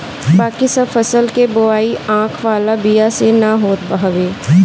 बाकी सब फसल के बोआई आँख वाला बिया से ना होत हवे